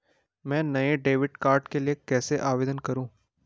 मैं नए debit card के लिए कैसे आवेदन करूं?